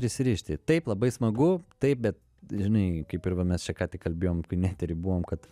prisirišti taip labai smagu taip bet žinai kaip ir va mes čia ką tik kalbėjom kai ne etery buvom kad